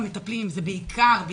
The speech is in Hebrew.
המטופלים צריכים לקבל את המטפלים הטובים